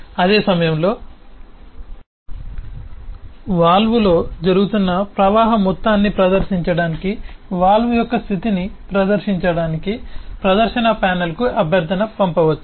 అదే సమయంలో వాల్వ్లో జరుగుతున్న ప్రవాహ మొత్తాన్ని ప్రదర్శించడానికి వాల్వ్ యొక్క స్థితిని ప్రదర్శించడానికి ప్రదర్శన ప్యానెల్కు అభ్యర్థనను పంపవచ్చు